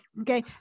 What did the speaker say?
Okay